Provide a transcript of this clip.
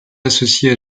associées